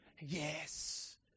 yes